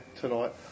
tonight